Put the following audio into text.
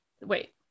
wait